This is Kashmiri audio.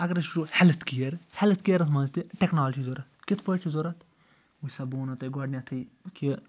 اگر أسۍ وٕچھو ہٮ۪لٕتھ کیر ہٮ۪لٕتھ کیرَس مَنٛز تہِ ٹیٚکنالجی ضوٚرتھ کِتھ پٲٹھۍ چھِ ضوٚرتھ وٕچھ سا بہٕ وَنو تۄہہِ گۄڈنٮ۪تھے کہِ